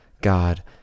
God